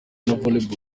volleyball